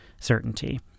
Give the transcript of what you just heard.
certainty